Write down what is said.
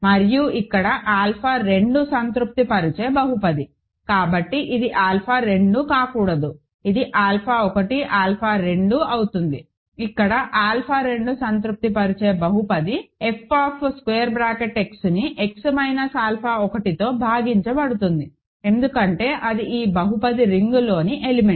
మరియు ఇక్కడ ఆల్ఫా 2 సంతృప్తిపరిచే బహుపది కాబట్టి ఇది ఆల్ఫా 2 కాకూడదు ఇది ఆల్ఫా 1 ఆల్ఫా 2 అవుతుంది ఇక్కడ ఆల్ఫా 2 సంతృప్తిపరిచే బహుపది f Xని X మైనస్ ఆల్ఫా 1తో భాగించబడుతుంది ఎందుకంటే అది ఈ బహుపది రింగ్లోని ఎలిమెంట్